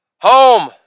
Home